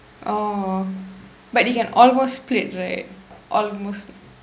oh but you can almost split right almost